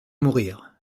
mourir